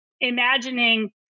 imagining